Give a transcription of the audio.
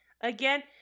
again